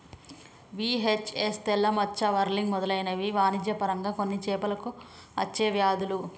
VHS, తెల్ల మచ్చ, whirling మెదలైనవి వాణిజ్య పరంగా కొన్ని చేపలకు అచ్చే వ్యాధులు